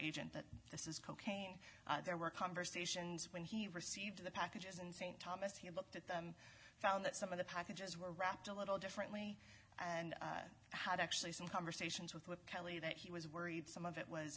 agent but this is cocaine there were conversations when he received the packages and st thomas he looked at them found that some of the packages were wrapped a little differently and how to actually some conversations with kelly that he was worried some of it was